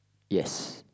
yes